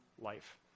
life